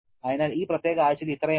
അതിനാൽ ഈ പ്രത്യേക ആഴ്ചയിൽ ഇത്രയും ആണ്